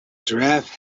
giraffe